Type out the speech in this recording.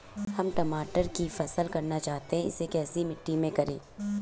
हम टमाटर की फसल करना चाहते हैं इसे कैसी मिट्टी में करें?